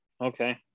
Okay